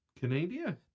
Canada